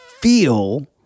feel